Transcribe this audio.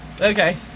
Okay